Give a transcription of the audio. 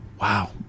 wow